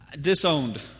disowned